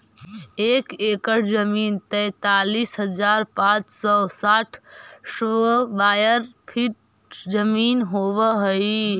एक एकड़ जमीन तैंतालीस हजार पांच सौ साठ स्क्वायर फीट जमीन होव हई